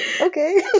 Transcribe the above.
Okay